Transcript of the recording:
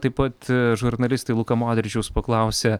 taip pat žurnalistė luka modričiaus paklausė